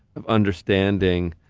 of understanding,